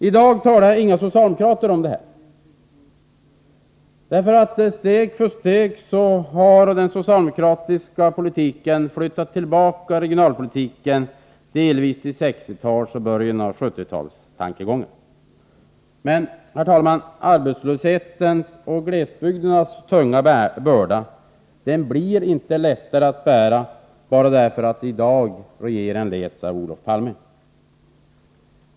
I dag talar inga socialdemokrater om detta. Steg för steg har den socialdemokratiska regionalpolitiken delvis flyttats tillbaka till 1960 och 1970-talets tankegångar. Men, herr talman, arbetslöshetens och glesbygdernas tunga börda blir inte lättare att bära bara därför att regeringen i dag leds av Olof Palme.